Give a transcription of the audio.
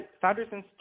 Founders